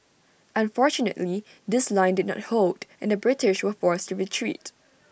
unfortunately this line did not hold and the British were forced to retreat